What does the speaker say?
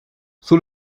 sous